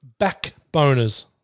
Backboners